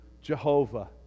jehovah